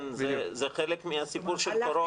זה חלק מהסיפור של הקורונה.